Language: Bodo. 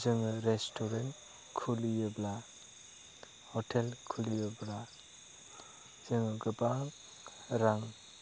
जोङो रेस्टुरेन्ट खुलियोब्ला हटेल खुलियोब्ला जोङो गोबां रां